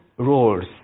roles